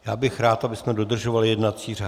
Já bych rád, abychom dodržovali jednací řád.